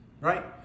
right